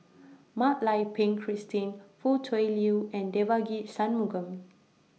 Mak Lai Peng Christine Foo Tui Liew and Devagi Sanmugam